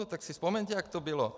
Tak si vzpomeňte, jak to bylo.